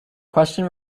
question